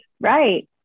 Right